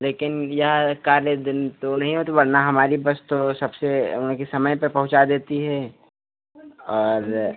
लेकिन यह कार्य दिन तो नहीं होता वरना हमारी बस तो सबसे मतलब कि समय पर पहुँचा देती है और